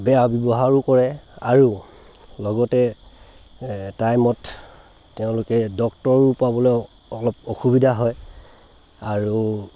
বেয়া ব্যৱহাৰো কৰে আৰু লগতে টাইমত তেওঁলোকে ডক্তৰো পাবলৈ অসুবিধা হয় আৰু